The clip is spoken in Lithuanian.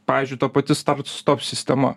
pavyzdžiui ta pati star stop sistema